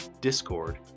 Discord